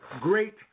great